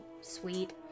Sweet